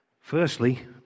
Firstly